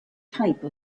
type